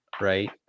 Right